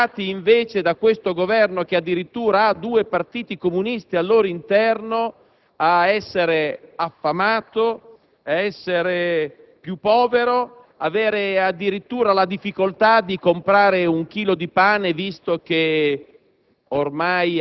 si è ritrovato, invece, da questo Governo che ha addirittura due partiti comunisti al proprio interno, ad essere affamato, ad essere più povero, ad avere addirittura difficoltà a comperare un chilo di pane, visto che